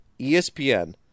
ESPN